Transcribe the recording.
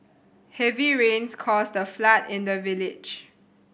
heavy rains caused a flood in the village